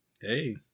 Hey